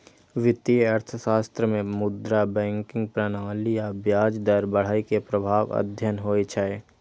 वित्तीय अर्थशास्त्र मे मुद्रा, बैंकिंग प्रणाली आ ब्याज दर बढ़ै के प्रभाव अध्ययन होइ छै